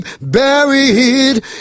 buried